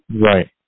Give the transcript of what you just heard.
Right